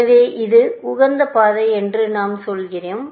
எனவே இது உகந்த பாதை என்று நான் சொல்கிறேன்